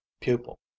pupil